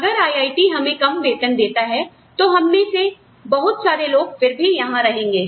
अगर IIT हमें कम वेतन देता है तो हम में से बहुत सारे फिर भी यहां रहेंगे